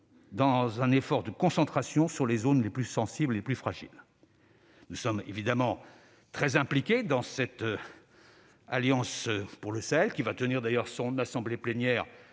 avec un effort de concentration sur les zones les plus sensibles et les plus fragiles. Nous sommes évidemment très impliqués dans l'Alliance Sahel, qui tiendra d'ailleurs son assemblée plénière